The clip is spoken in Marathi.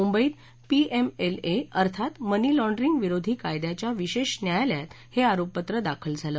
मुंबईत पीएमएलए अर्थात मनी लाँड्रिंग विरोध कायद्याच्या विशेष न्यायालयात हे आरोपपत्र दाखल झालं